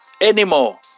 Anymore